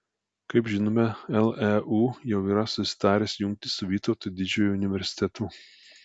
kaip žinome leu jau yra susitaręs jungtis su vytauto didžiojo universitetu